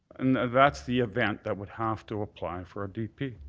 and that's the event that would have to apply for a d p.